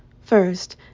First